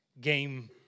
game